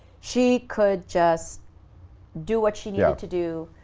she could just do what she needed to do,